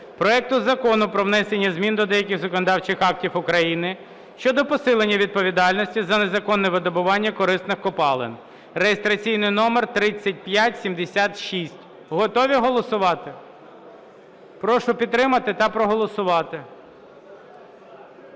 проекту Закону про внесення змін до деяких законодавчих актів України щодо посилення відповідальності за незаконне видобування корисних копалин (реєстраційний номер 3576). Готові голосувати? Прошу підтримати та проголосувати.